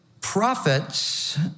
prophets